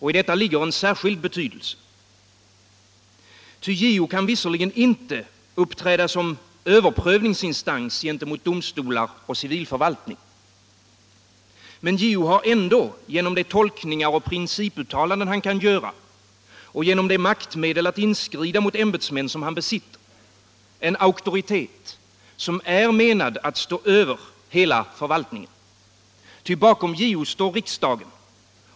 I detta ligger en särskild betydelse. JO kan visserligen inte uppträda som överprövningsinstans gentemot domstolar och civilförvaltning, men JO har ändå, genom de tolkningar och principuttalanden han kan göra och genom de maktmedel att inskrida mot ämbetsmän som han besitter, en auktoritet som är menad att stå över hela förvaltningen. Ty bakom JO står riksdagen.